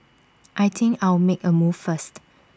I think I'll make A move first